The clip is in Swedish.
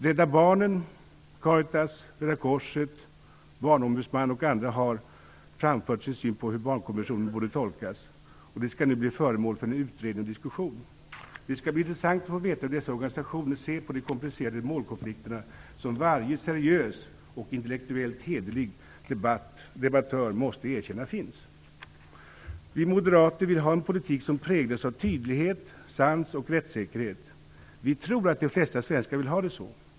Rädda Barnen, Caritas, Röda korset, Barnombudsmannen och andra har framfört sin syn på hur barnkonventionen går att tolka, och det skall nu bli föremål för en utredning och diskussion. Det skall bli intressant att få veta hur dessa organisationer ser på de komplicerade målkonflikter som varje seriös och intellektuellt hederlig debattör måste erkänna finns. Vi moderater vill ha en politik som präglas av tydlighet, sans och rättssäkerhet. Vi tror att de flesta svenskar vill ha det så.